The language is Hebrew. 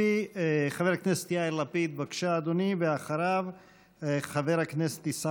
נציגי המשותפת בוועדה המיוחדת היו חברי הכנסת יוסף